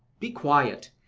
be quiet!